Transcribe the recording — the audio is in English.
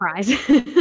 surprise